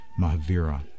Mahavira